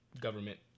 government